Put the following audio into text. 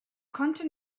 konnte